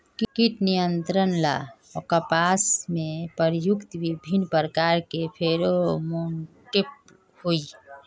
कीट नियंत्रण ला कपास में प्रयुक्त विभिन्न प्रकार के फेरोमोनटैप होई?